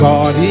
God